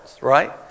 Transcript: right